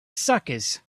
suckers